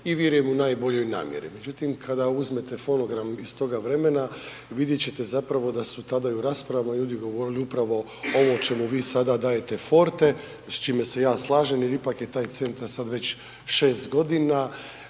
i vjerujem, u najboljoj namjeri. Međutim, kad uzmete fonogram iz toga vremena vidjet ćete zapravo da su tada i u rasprava ljudi govorili upravo ovo o čemu vi sada dajete forte i s čime se ja slažem jer ipak je taj centar sad već 6 godina,